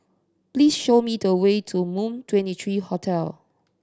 please show me the way to Moon Twenty three Hotel